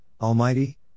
Almighty